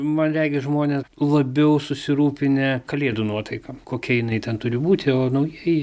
man regis žmonės labiau susirūpinę kalėdų nuotaika kokia jinai ten turi būti o naujieji